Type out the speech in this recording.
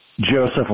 Joseph